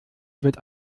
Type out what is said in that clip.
wird